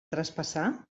traspassar